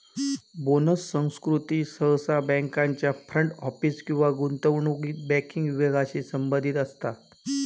bonus संस्कृती सहसा बँकांच्या फ्रंट ऑफिस किंवा गुंतवणूक बँकिंग विभागांशी संबंधित असता